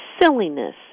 silliness